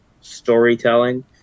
storytelling